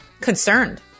concerned